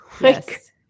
Yes